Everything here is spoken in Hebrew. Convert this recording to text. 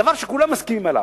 דבר שכולם מסכימים עליו,